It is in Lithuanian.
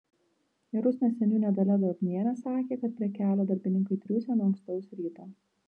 ir rusnės seniūnė dalia drobnienė sakė kad prie kelio darbininkai triūsia nuo ankstaus ryto